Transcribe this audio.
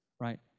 Right